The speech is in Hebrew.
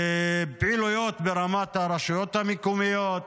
פעילויות ברמת הרשויות המקומיות,